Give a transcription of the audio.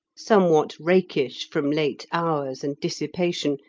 somewhat rakish from late hours and dissipation,